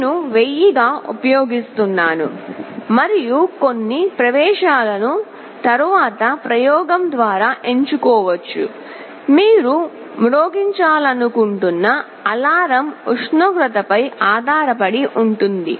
నేను 1000 గా ఉపయోగిస్తున్నాను మరియు కొన్ని ప్రవేశాలను తరువాత ప్రయోగం ద్వారా ఎంచుకోవచ్చు మీరు మ్రోగించాలనుకుంటున్న అలారం ఉష్ణోగ్రతపై ఆధారపడి ఉంటుంది